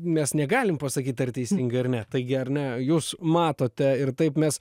mes negalim pasakyt ar teisingai ar ne taigi ar ne jūs matote ir taip mes